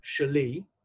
Shali